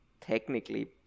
technically